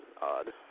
odd